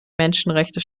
menschenrechte